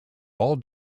all